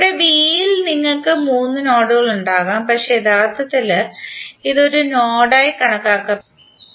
ഇവിടെ b യിൽ നിങ്ങൾക്ക് മൂന്ന് നോഡുകൾ ഉണ്ടാകും പക്ഷേ യഥാർത്ഥത്തിൽ ഇത് ഒരു നോഡായി കണക്കാക്കപ്പെടുന്നു